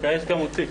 יש גם אותי.